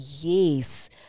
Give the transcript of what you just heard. yes